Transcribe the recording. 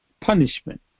punishment